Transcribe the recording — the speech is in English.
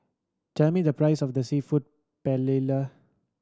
tell me the price of the Seafood Paella